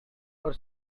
for